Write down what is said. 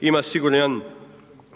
ima siguran jedan